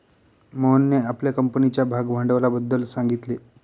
मोहनने आपल्या कंपनीच्या भागभांडवलाबद्दल सांगितले